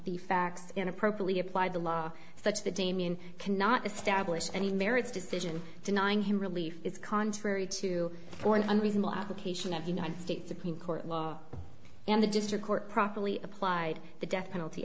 the facts in appropriately applied the law as such the damien cannot establish any merits decision denying him relief is contrary to for an unreasonable application of united states supreme court and the district court properly applied the death penalty